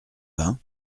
vin